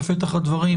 בפתח הדברים,